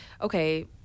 okay